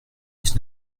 dix